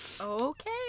okay